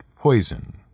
poison